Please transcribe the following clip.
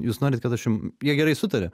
jūs norit kad aš jum jie gerai sutarė